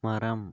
மரம்